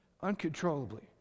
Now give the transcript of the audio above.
uncontrollably